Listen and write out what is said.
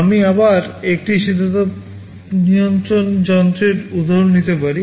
আমি আবার একটি শীতাতপ নিয়ন্ত্রণ যন্ত্রের উদাহরণ নিতে পারি